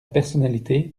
personnalité